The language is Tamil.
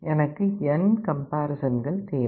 எனக்கு n கம்பேரிசன்கள் தேவை